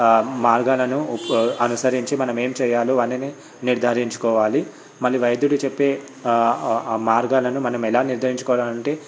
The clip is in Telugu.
మార్గాలను అనుసరించి మనం ఏం చేయాలో వాళ్ళని నిర్ధారించుకోవాలి మళ్లీ వైద్యుడు చెప్పే ఆ మార్గాలను మనం ఎలా నిర్ణయించుకోవాలంటే